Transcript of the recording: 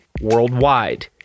worldwide